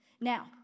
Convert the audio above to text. Now